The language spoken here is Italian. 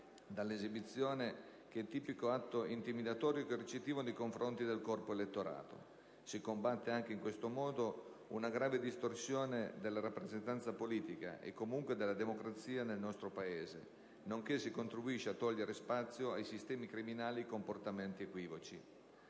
dall'esibizione, che è un tipico atto intimidatorio e coercitivo nei confronti del corpo elettorale. Si combatte anche in questo modo una grave distorsione della rappresentanza politica e, dunque, della democrazia nel nostro Paese, nonché si contribuisce a togliere spazio ai sistemi criminali e ai comportamenti equivoci.